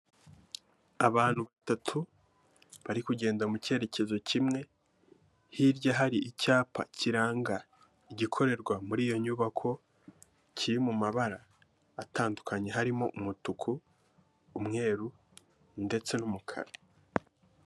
Abantu batatu, bari kugenda mu cyerekezo kimwe, hirya hari icyapa kiranga igikorerwa muri iyo nyubako, kiri mu mabara atandukanye, harimo umutuku, umweru, ndetse n'umukara.